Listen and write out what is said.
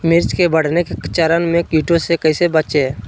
मिर्च के बढ़ने के चरण में कीटों से कैसे बचये?